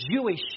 Jewish